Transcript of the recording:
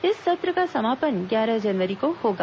इस सत्र का समापन ग्यारह जनवरी को होगा